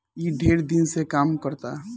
ई ढेर दिन से काम करता